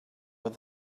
with